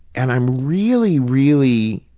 and i'm really, really,